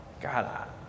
God